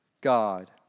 God